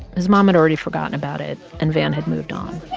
his mom had already forgotten about it. and van had moved on.